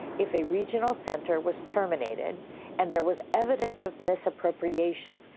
if a regional center was terminated and there was evidence of misappropriation,